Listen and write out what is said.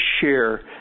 share